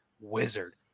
Wizard